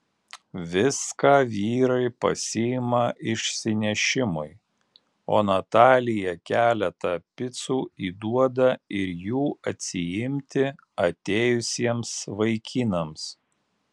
viską vyrai pasiima išsinešimui o natalija keletą picų įduoda ir jų atsiimti atėjusiems vaikinams